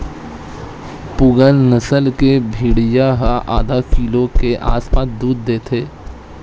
पूगल नसल के भेड़िया ह आधा किलो के आसपास दूद देथे